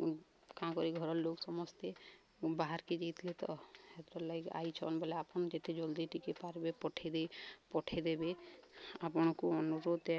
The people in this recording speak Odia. କାଁ କରି ଘରର ଲୋଗ୍ ସମସ୍ତେ ବାହାର୍କେ ଯାଇଥିଲେ ତ ହେଥିର ଲାଗି ଆଇଛନ୍ ବଲେ ଆପଣ ଯେତେ ଜଲ୍ଦି ଟିକେ ପାର୍ବେ ପଠେଇ ଦେଇ ପଠେଇଦେବେ ଆପଣଙ୍କୁ ଅନୁରୋଧ ଏ